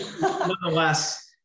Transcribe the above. nonetheless